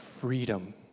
freedom